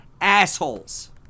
assholes